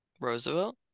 Roosevelt